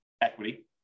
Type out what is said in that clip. equity